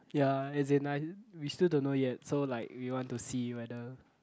ya as in I we still don't know yet so like we want to see whether